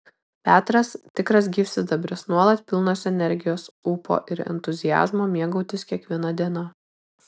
petras tikras gyvsidabris nuolat pilnas energijos ūpo ir entuziazmo mėgautis kiekviena diena